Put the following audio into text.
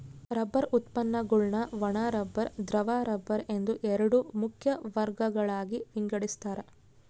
rubber ಉತ್ಪನ್ನಗುಳ್ನ ಒಣ rubber ದ್ರವ ರಬ್ಬರ್ ಎಂದು ಎರಡು ಮುಖ್ಯ ವರ್ಗಗಳಾಗಿ ವಿಂಗಡಿಸ್ತಾರ